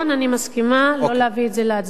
אני מסכימה שלא להביא את זה להצבעה.